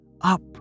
up